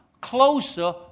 closer